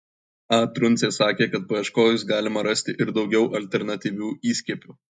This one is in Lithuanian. a truncė sakė kad paieškojus galima rasti ir daugiau alternatyvių įskiepių